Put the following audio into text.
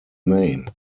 name